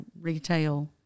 retail